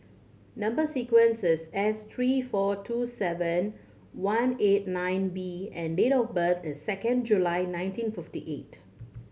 number sequence is S three four two seven one eight nine B and date of birth is second July nineteen fifty eight